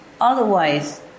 Otherwise